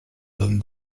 than